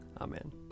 Amen